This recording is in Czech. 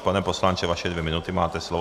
Pane poslanče, vaše dvě minuty, máte slovo.